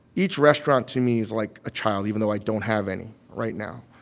each restaurant to me is like a child, even though i don't have any right now.